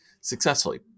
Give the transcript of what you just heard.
successfully